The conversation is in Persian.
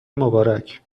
مبارک